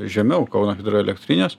žemiau kauno hidroelektrinės